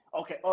Okay